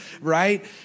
Right